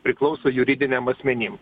priklauso juridiniam asmenim